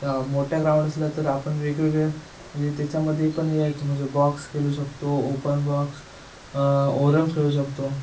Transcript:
मोठ्या ग्राउंड असल्या तर आपण वेगवेगळे म्हणजे त्याच्यामध्ये पण हे येतो म्हणजे बॉक्स खेळू शकतो ओपन बॉक्स ओरम खेळू शकतो